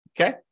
Okay